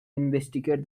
investigate